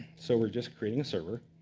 so we're just creating a server,